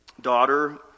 daughter